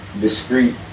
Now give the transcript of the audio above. discreet